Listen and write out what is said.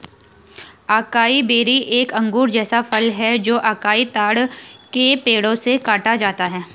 acai berry एक अंगूर जैसा फल है जो अकाई ताड़ के पेड़ों से काटा जाता है